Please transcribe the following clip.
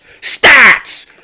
stats